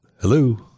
Hello